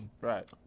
right